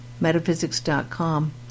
metaphysics.com